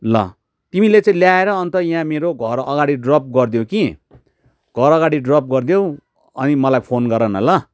ल तिमीले चाहिँ ल्याएर अन्त यहाँ मेरो घर अगाडि ड्रप गरिदेउ कि घर अगाडि ड्रप गरिदेउ अनि मलाई फोन गर न ल